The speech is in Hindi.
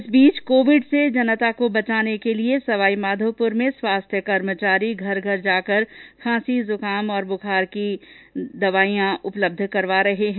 इस बीच कोविड से जनता को बचाने के लिए सवाईमाधोपूर में स्वास्थ्य कर्मचारी घर घर जाकर खांसी जुकाम और बुखार की वालों को दवाईयां उपलब्ध करवा रहे हैं